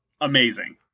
amazing